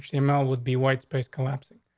email would be white space collapsing.